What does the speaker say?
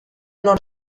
not